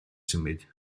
symud